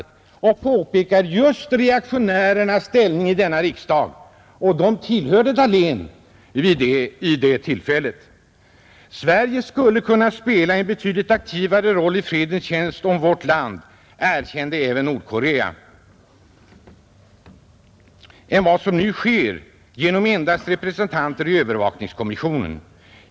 Tidningen påpekar just reaktionärernas ställning i denna riksdag. Och till dem hörde herr Dahlén vid det tillfället. Sverige skulle kunna spela en betydligt aktivare roll i fredens tjänst om vårt land erkände även Nordkorea än vad som nu sker genom endast representanter i övervakningskommissionen.